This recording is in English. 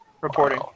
Reporting